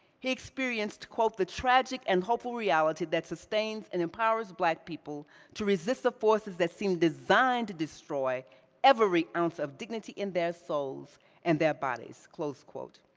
he experienced, quote, the tragic and hopeful reality that sustains and empowers black people to resist the forces that seem designed to destroy every ounce of dignity in their souls and their bodies, close quote.